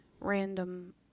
random